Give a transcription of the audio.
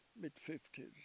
Mid-fifties